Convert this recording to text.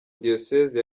diyosezi